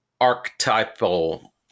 archetypal